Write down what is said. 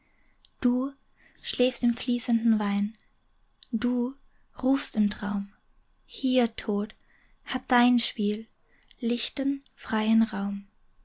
du schläfst im fließenden wein du rufst im traum hier tod hat dein spiel lichten freien raum